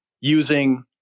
using